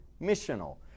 missional